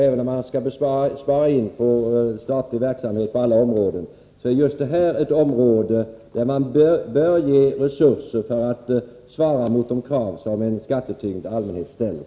Även om man skall spara in på statlig verksamhet på alla områden, är just detta ett område där man bör ge resurser för att svara mot de krav som en skattetyngd allmänhet ställer.